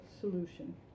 solution